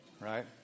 right